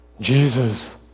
Jesus